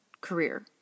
career